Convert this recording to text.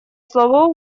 слово